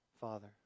Father